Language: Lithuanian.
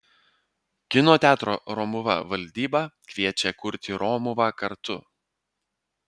kino teatro romuva valdyba kviečia kurti romuvą kartu